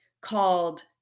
called